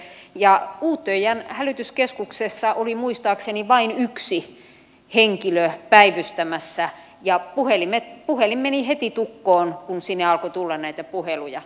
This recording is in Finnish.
ja utöyan hälytyskeskuksessa oli muistaakseni vain yksi henkilö päivystämässä ja puhelin meni heti tukkoon kun sinne alkoi tulla näitä puheluja